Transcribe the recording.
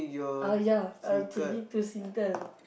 ah ya I'm changing to Singtel